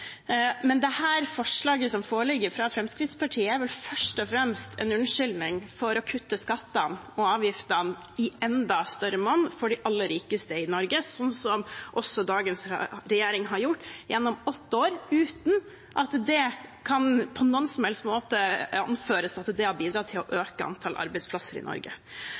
forslaget som foreligger fra Fremskrittspartiet, er vel først og fremst en unnskyldning for å kutte skattene og avgiftene i enda større monn for de aller rikeste i Norge, slik dagens regjering har gjort gjennom åtte år, uten at det på noen som helst måte kan anføres at det har bidratt til å øke antall arbeidsplasser i Norge.